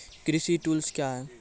कृषि टुल्स क्या हैं?